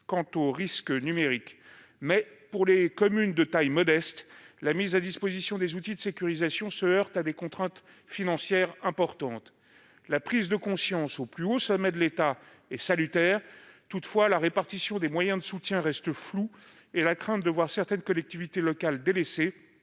quant aux risques numériques. Mais pour les communes de taille modeste, la mise à disposition des outils de sécurisation se heurte à des contraintes financières importantes. La prise de conscience au plus haut sommet de l'État est salutaire. Toutefois, la répartition des moyens de soutien reste floue et la crainte de voir certaines collectivités locales délaissées,